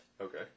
Okay